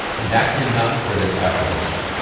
and that's enough for this calculation.